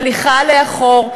הליכה לאחור,